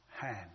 hand